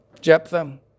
Jephthah